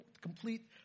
complete